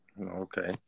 Okay